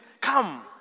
come